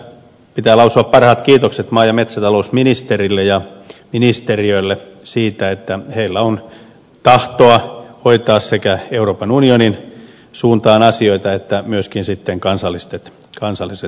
tässä yhteydessä pitää lausua parhaat kiitokset maa ja metsätalousministerille ja ministeriölle siitä että heillä on tahtoa hoitaa sekä euroopan unionin suuntaan asioita että myöskin kansalliset asiat